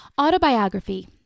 Autobiography